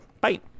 Bye